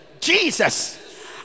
Jesus